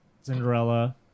Cinderella